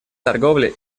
торговля